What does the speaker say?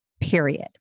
period